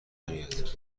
نمیاد